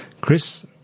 Chris